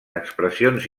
expressions